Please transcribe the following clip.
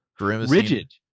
rigid